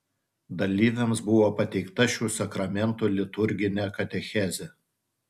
dalyviams buvo pateikta šių sakramentų liturginė katechezė